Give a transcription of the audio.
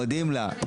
מודים לך.